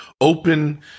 open